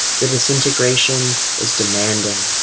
the disintegration is demanding,